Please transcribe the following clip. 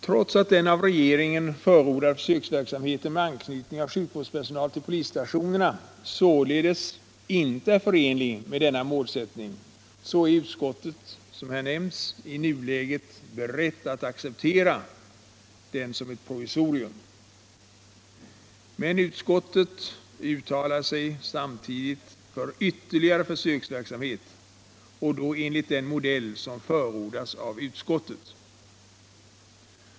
Trots att den av regeringen förordade försöksverksamheten med anknytning av sjukvårdspersonal till polisstationerna således inte är förenlig med denna målsättning är utskottet, såsom här har nämnts, i nuläget berett att acceptera den som ctt provisorium. Men utskottet uttalar sig för ytterligare försöksverksamhet enligt den modell som förordas av utskottet.